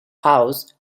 house